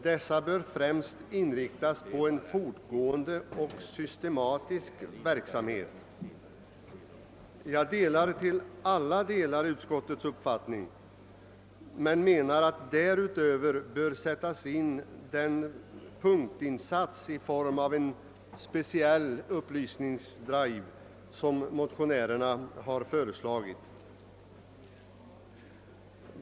Dessa bör främst inriktas på en fortgående och systematisk verksamhet ———.» Jag ansluter mig i alla delar till utskottets uppfattning men menar att man därutöver bör göra en punktinsats i form av en sådan speciell upplysningsdrive som motionärerna har föreslagit.